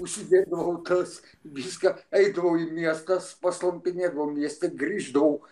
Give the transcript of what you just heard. užsidėdavau tas viską eidavau į miestą paslampinėdavau mieste grįždavau